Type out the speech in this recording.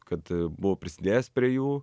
kad buvau prisidėjęs prie jų